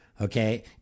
Okay